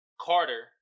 Carter